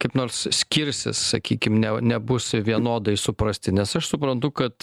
kaip nors skirsis sakykim ne nebus vienodai suprasti nes aš suprantu kad